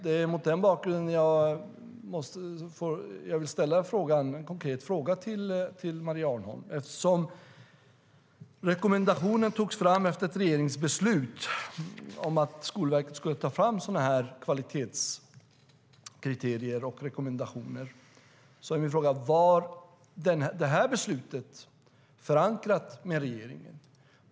Det är mot den bakgrunden jag vill ställa en konkret fråga till Maria Arnholm. Eftersom rekommendationen togs fram efter ett regeringsbeslut om att Skolverket skulle ta fram sådana här kvalitetskriterier och rekommendationer är min fråga: Var det här beslutet förankrat i regeringen?